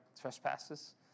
Trespasses